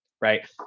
Right